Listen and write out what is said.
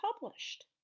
published